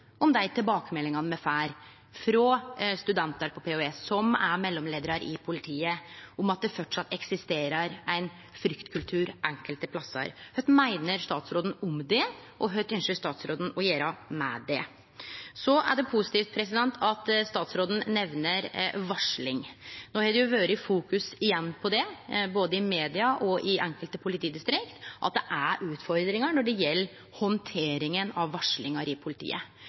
om dei tilbakemeldingane me får frå studentar på Politihøgskolen og dei som er mellomleiarar i politiet, om at det framleis eksisterer ein fryktkultur enkelte plassar. Kva meiner statsråden om det, og kva ynskjer statsråden å gjere med det? Det er positivt at statsråden nemner varsling. Både i media og i enkelte politidistrikt har det igjen vore fokusert på at det er utfordringar med handteringa av varslingar i politiet.